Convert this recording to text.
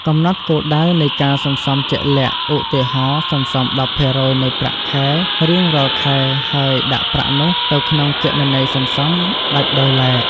កំណត់គោលដៅនៃការសន្សំជាក់លាក់ ឧទាហរណ៍ សន្សំ ១០% នៃប្រាក់ខែរៀងរាល់ខែ ហើយដាក់ប្រាក់នោះទៅក្នុងគណនីសន្សំដាច់ដោយឡែក។